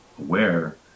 aware